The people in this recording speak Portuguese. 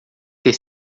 ter